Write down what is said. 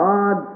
God